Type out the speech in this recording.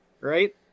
right